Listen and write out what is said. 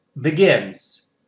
begins